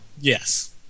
Yes